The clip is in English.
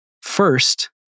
First